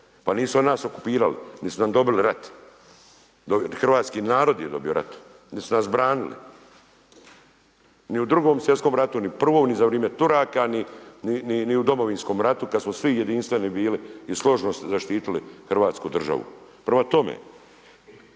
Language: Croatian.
Pa nisu oni nas okupirali niti su nam dobili rat. Hrvatski narod je dobio rat gdje su nas branili. Ni u Drugom svjetskom ratu ni u prvom ni za vrijeme Turaka, ni u Domovinskom ratu kada smo svi jedinstveni bili i složno zaštitili Hrvatsku državu. Prema tome,